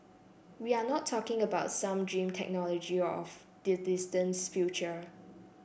we are not talking about some dream technology of the distant future